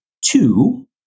two